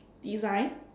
design